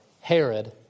Herod